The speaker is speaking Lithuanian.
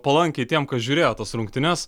palankiai tiem kas žiūrėjo tas rungtynes